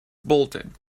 bolted